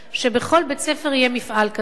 שבכל בית-ספר יהיה מפעל כזה.